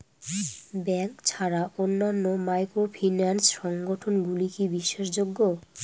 Bank ছাড়া অন্যান্য microfinance সংগঠন গুলি কি বিশ্বাসযোগ্য?